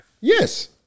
Yes